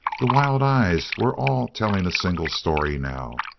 the wild eyes, were all telling a single story, now.